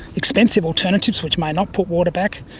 expensive alternatives which may not put water back.